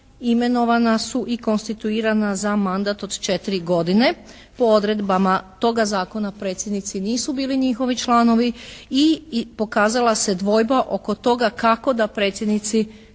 imenovana su i konstituirana za mandat od 4 godine. Po odredbama toga Zakona predsjednici nisu bili njihovi članovi i pokazala se dvojba oko toga kako da predsjednici